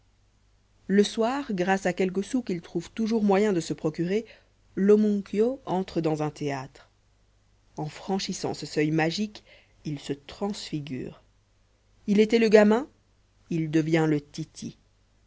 le soir grâce à quelques sous qu'il trouve toujours moyen de se procurer l'homuncio entre dans un théâtre en franchissant ce seuil magique il se transfigure il était le gamin il devient le titi